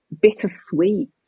bittersweet